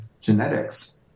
genetics